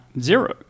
zero